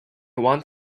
want